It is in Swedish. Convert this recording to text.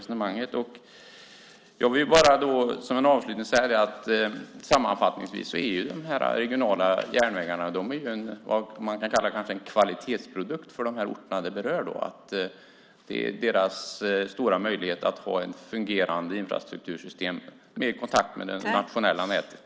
Som en avslutning vill jag säga att de regionala järnvägarna är vad man kan kalla en kvalitetsprodukt för de orter de berör. Det är deras stora möjlighet att ha ett fungerande infrastruktursystem med kontakt med det nationella nätet.